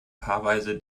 paarweise